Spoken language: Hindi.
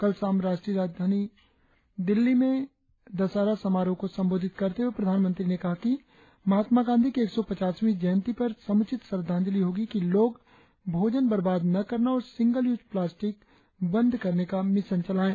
कल शाम राष्ट्रीय राजधानी दिल्ली में दशहरा समारोह को संबोधित करते हुए प्रधानमंत्री ने कहा कि महात्मा गांधी की एक सौ पचासवी जंयति पर समुचित श्रद्धाजंलि होगी की लोग भोजन बर्बाद न करना और सिंगल यूज प्लास्टिक बंद करने का मिशन चलाये